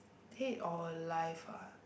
dead or alive